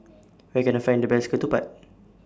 Where Can I Find The Best Ketupat